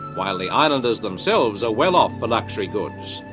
while the islanders themselves are well off for luxury goods.